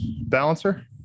balancer